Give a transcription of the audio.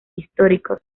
históricos